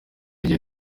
igihe